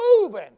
moving